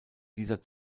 dieser